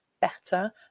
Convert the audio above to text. better